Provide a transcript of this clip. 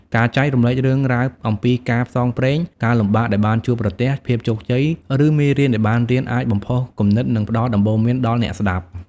ការចែករំលែករឿងរ៉ាវអំពីការផ្សងព្រេង ការលំបាកដែលបានជួបប្រទះ ភាពជោគជ័យ ឬមេរៀនដែលបានរៀន អាចបំផុសគំនិត និងផ្ដល់ដំបូន្មានដល់អ្នកស្ដាប់។